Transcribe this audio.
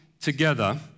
together